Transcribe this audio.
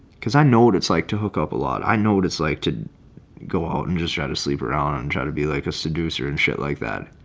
because i know what it's like to hook up a lot. i know what it's like to go out and just try to sleep around and try to be like a seducer and shit like that.